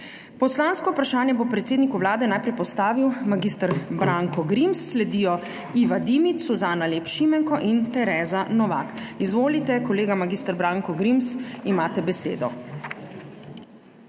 Poslansko vprašanje bo predsedniku Vlade najprej postavil mag. Branko Grims, sledijo Iva Dimic, Suzana Lep Šimenko in Tereza Novak. Izvolite, kolega mag. Branko Grims, imate besedo.